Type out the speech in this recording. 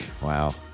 Wow